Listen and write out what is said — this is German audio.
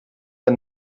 der